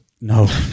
No